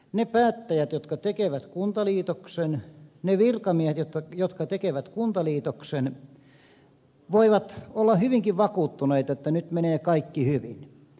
ne päättäjät jotka tekevät kuntaliitoksen ne virkamiehet jotka tekevät kuntaliitoksen voivat olla hyvinkin vakuuttuneita että nyt menee kaikki hyvin